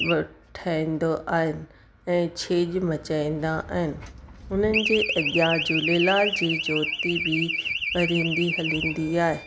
ठहंदो आहे ऐं छेॼ मचाईंदा आहिनि उन्हनि जे अॻियां झूलेलाल जी जोति बि ॿरंदी हलंदी आहे